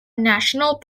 national